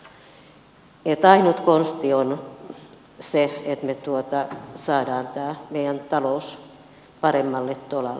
ainut konsti on se että me saamme tämän meidän talouden paremmalle tolalle